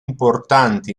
importante